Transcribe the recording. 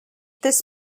this